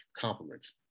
compliments